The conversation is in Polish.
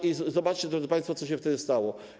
i zobaczcie, drodzy państwo, co się wtedy stało.